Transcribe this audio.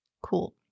Cool